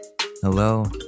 hello